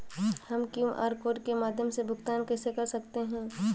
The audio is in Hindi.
हम क्यू.आर कोड के माध्यम से भुगतान कैसे कर सकते हैं?